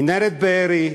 מנהרת בארי,